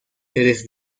seres